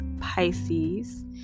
Pisces